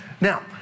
Now